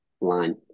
line